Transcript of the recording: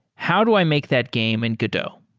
how do i make that game in godot?